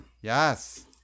Yes